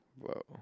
Whoa